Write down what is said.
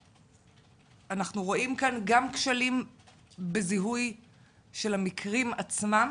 אנחנו רואים כאן גם כשלים בזיהוי של המקרים עצמם